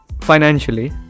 financially